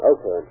Okay